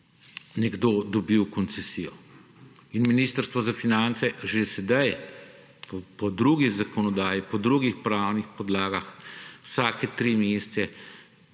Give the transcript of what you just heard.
nekdo dobil koncesijo. Ministrstvo za finance že sedaj po drugi zakonodaji, po drugih pravnih podlagah vsake tri mesece